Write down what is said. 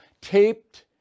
taped